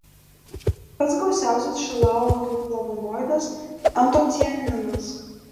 pats gausiausias šilauogių flavonoidas antocianinas